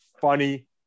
Funny